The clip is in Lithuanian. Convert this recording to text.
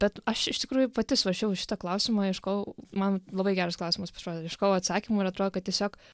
bet aš iš tikrųjų pati svarsčiau į šitą klausimą ieškojau man labai geras klausimas pasirodė ieškojau atsakymų ir atrodo kad tiesiog